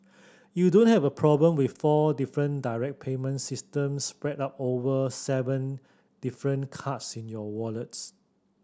you don't have a problem with four different direct payment systems spread out over seven different cards in your wallets